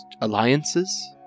alliances